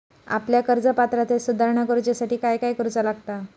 आपल्या कर्ज पात्रतेत सुधारणा करुच्यासाठी काय काय करूचा लागता?